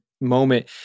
moment